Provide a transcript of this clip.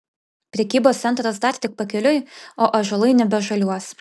prekybos centras dar tik pakeliui o ąžuolai nebežaliuos